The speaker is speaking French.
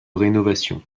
rénovation